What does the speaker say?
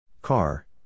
Car